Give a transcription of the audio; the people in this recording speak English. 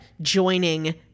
joining